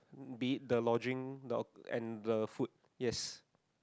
be the lodging and the food yes